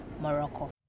Morocco